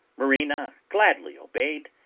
marina gladly obeyed,